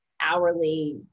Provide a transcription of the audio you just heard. hourly